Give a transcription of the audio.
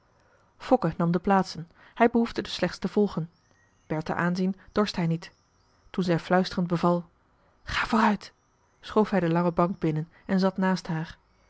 fokke nam de plaatsen hij behoefde dus slechts te volgen bertha aanzien dorst hij niet toen zij fluisterend beval ga vooruit schoof hij de lange bank binnen en zat naast haar